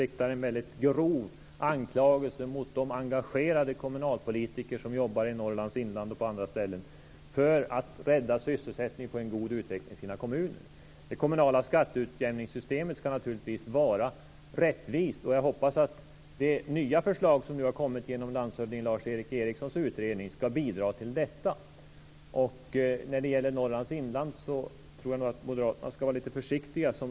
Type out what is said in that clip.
Fru talman! Jag tycker att Lennart Hedquist riktar en väldigt grov anklagelse mot de engagerade kommunalpolitiker som jobbar i Norrlands inland och på andra ställen för att rädda sysselsättningen och få en god utveckling i sina kommuner. Det kommunala skatteutjämningssystemet skall naturligtvis vara rättvist. Jag hoppas att det nya förslag som nu har kommit genom landshövding Lars Eric Ericssons utredning skall bidra till detta. När det gäller Norrlands inland tror jag nog att Moderaterna skall vara lite försiktiga.